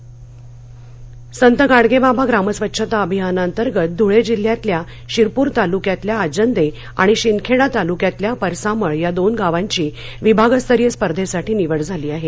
पुरस्कार संत गाडगेबाबा ग्रामस्वच्छता अभियानांतर्गत धुळे जिल्ह्यातल्या शिरपूर तालुक्यातील अजंदे आणि शिंदखेडा तालुक्यातल्या परसामळ या दोन गावांची विभागस्तरीय स्पर्धेसाठी निवड झाली आहे